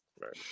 Right